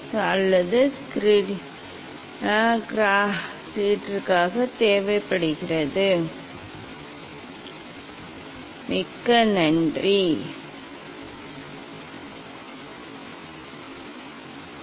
இந்த முப்பட்டக கண்ணாடியின் தீர்க்கும் சக்தியைக் கொண்டிருக்கவில்லை ஆனால் தீர்க்கும் சக்தியைப் பெறக்கூடிய மற்றொரு ப்ரிஸமும் உள்ளது இவை நாம் செய்யக்கூடிய ப்ரிஸைப் பயன்படுத்தும் சோதனை அதற்காக ஸ்பெக்ட்ரோமீட்டருக்கு நாம் விவரித்தவை எதுவாக இருந்தாலும் இந்த நிலை ப்ரிஸத்திற்கான பரிசோதனையைத் தொடங்க அல்லது கிராட்டிங்கிற்கு தேவைப்படுகிறது அடுத்த வகுப்பில் சில சோதனைகளை நிரூபிப்பேன்